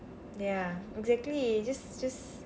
ya exactly just just